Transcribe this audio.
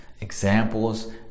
examples